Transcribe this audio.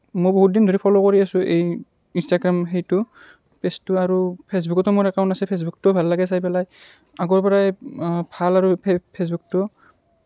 মই বহুত দিন ধৰি ফ'ল' কৰি আছোঁ এই ইনষ্টাগ্ৰাম সেইটো পেজটো আৰু ফেচবুকতো মোৰ একাউণ্ট আছে ফেচবুকটোও ভাল লাগে চাই পেলাই আগৰ পৰাই ভাল আৰু ফেচবুকটো